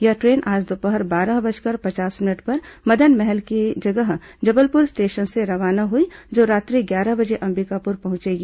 यह ट्रेन आज दोपहर बारह बजकर पचास मिनट पर मदनमहल की जगह जबलपुर स्टेशन से रवाना हुई जो रात्रि ग्यारह बजे अंबिकापुर पहुंचेगी